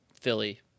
Philly